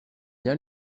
bien